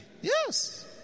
yes